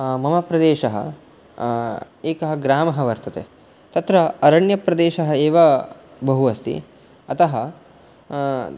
मम प्रदेशः एकः ग्रामः वर्तते तत्र अरण्यप्रदेशः एव बहु अस्ति अतः